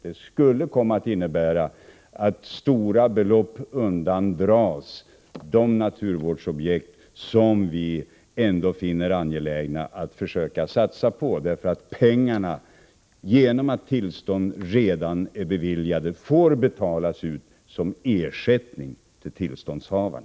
Det skulle innebära att stora belopp undandrogs de naturvårdsobjekt som vi ändå finner angelägna att försöka satsa på, därför att pengarna — genom att tillstånd redan är beviljade — skulle få betalas ut som ersättning till tillståndshavaren.